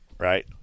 Right